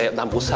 ah dumbbell. so